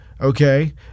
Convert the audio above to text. Okay